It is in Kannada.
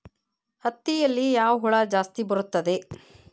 ಹತ್ತಿಯಲ್ಲಿ ಯಾವ ಹುಳ ಜಾಸ್ತಿ ಬರುತ್ತದೆ?